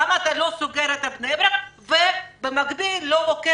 למה אתה לא סוגר את בני ברק בני ברק כדוגמה,